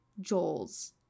Joel's